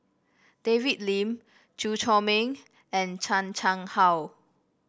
David Lim Chew Chor Meng and Chan Chang How